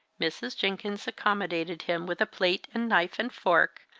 mrs. jenkins accommodated him with a plate and knife and fork,